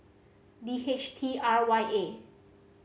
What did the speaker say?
D H T R Y A